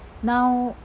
now